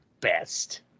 best